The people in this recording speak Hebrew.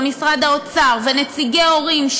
משרד האוצר ונציגי ההורים,